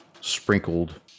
sprinkled